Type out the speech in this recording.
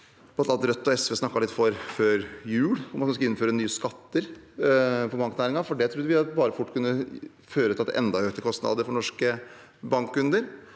Rødt og SV snakket litt om før jul, om at vi skulle innføre nye skatter for banknæringen, for det trodde vi fort kunne føre til enda mer økte kostnader for norske bankkunder.